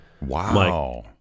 Wow